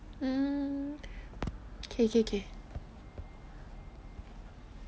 mm k k k